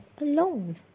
alone